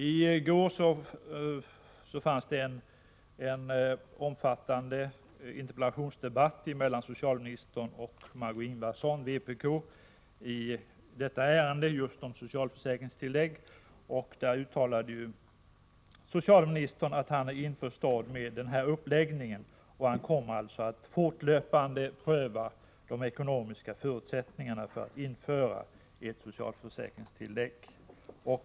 I går fördes en omfattande interpellationsdebatt mellan socialministern och Margö Ingvardsson från vpk om just socialförsäkringstillägg. Där uttalade socialministern att han är införstådd med denna uppläggning. Han kommer alltså att fortlöpande pröva de ekonomiska förutsättningarna för att införa ett socialförsäkringstillägg.